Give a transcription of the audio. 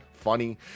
Funny